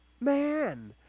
man